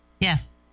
Yes